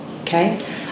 Okay